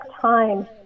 time